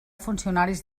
funcionaris